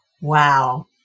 Wow